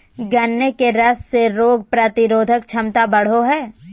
गन्ने के रस से रोग प्रतिरोधक क्षमता बढ़ो हइ